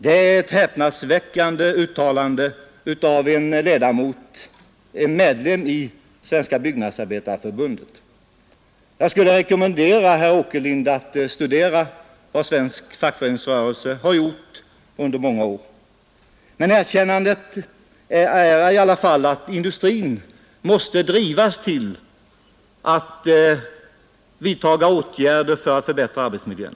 Det är ett häpnadsväckande uttalande av en medlem i Svenska byggnadsarbetareförbundet. Jag skulle vilja rekommendera herr Åkerlind att studera vad svensk fackföreningsrörelse gjort under många år. Man måste i alla fall erkänna, att industrin måste drivas till att vidta åtgärder för att förbättra arbetsmiljön.